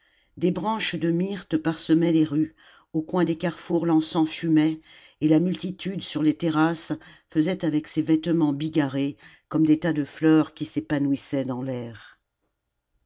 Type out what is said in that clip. des branches de myrte parsemaient les rues au coin des carrefours l'encens fumait et la muhitude sur les terrasses faisait avec ses vêtements bigarrés comme des tas de fleurs qui s'épanouissaient dans l'air